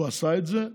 הוא עשה את זה,